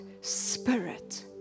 spirit